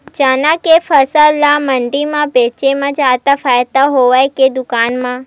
चना के फसल ल मंडी म बेचे म जादा फ़ायदा हवय के दुकान म?